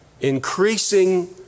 increasing